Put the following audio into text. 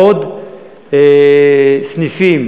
עוד סניפים